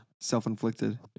Self-inflicted